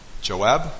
Joab